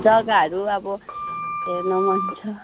जगाहरू अब हेर्न मन छ